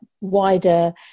wider